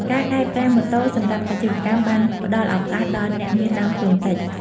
ការកែប្រែម៉ូតូសម្រាប់អាជីវកម្មបានផ្តល់ឱកាសដល់អ្នកមានដើមទុនតិច។